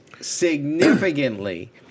significantly